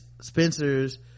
spencer's